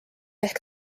ehk